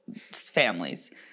families